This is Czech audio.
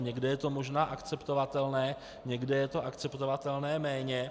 Někde je to možná akceptovatelné, někde je to akceptovatelné méně.